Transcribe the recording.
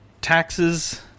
taxes